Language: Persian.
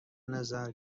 نظر